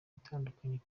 itandukanye